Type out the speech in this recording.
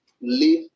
live